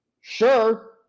Sure